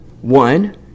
One